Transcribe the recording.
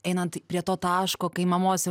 einant prie to taško kai mamos